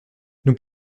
nous